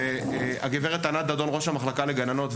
והגב' ענת דדון ראש המחלקה לגננות,